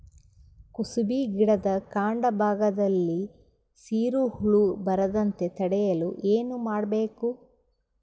ಕುಸುಬಿ ಗಿಡದ ಕಾಂಡ ಭಾಗದಲ್ಲಿ ಸೀರು ಹುಳು ಬರದಂತೆ ತಡೆಯಲು ಏನ್ ಮಾಡಬೇಕು?